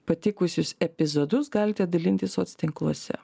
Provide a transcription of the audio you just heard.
patikusius epizodus galite dalintis soc tinkluose